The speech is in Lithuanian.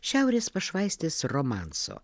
šiaurės pašvaistės romanso